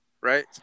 Right